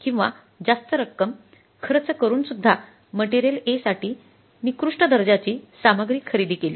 किंवा जास्त रक्कम खर्च करूनसुद्धा मटेरियल A साठी निकृष्ट दर्जाची सामग्री खरेदी केली